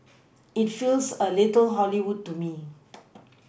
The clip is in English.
it feels a little Hollywood to me